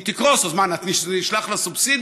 היא תקרוס, אז מה, נשלח לה סובסידיה?